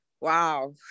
Wow